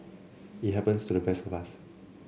it happens to the best of us